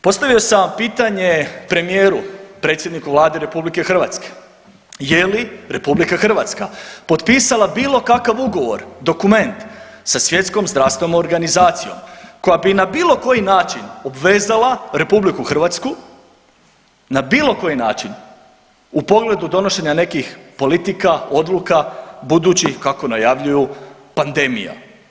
Postavio sam pitanje premijeru, predsjedniku Vlade RH, je li RH potpisala bilo kakav ugovor, dokument sa Svjetskom zdravstvenom organizacijom koja bi na bilo koji način obvezala RH na bilo koji način u pogledu donošenja nekih politika, odluka, budućih, kako najavljuju, pandemija.